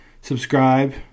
subscribe